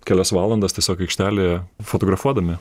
kelias valandas tiesiog aikštelėje fotografuodami